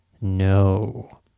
no